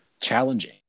challenging